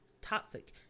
toxic